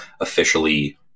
officially